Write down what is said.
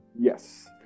Yes